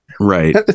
Right